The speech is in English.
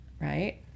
right